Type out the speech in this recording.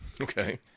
Okay